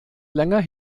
länger